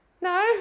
no